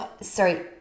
sorry